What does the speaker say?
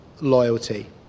loyalty